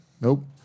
Nope